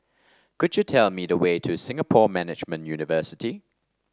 could you tell me the way to Singapore Management University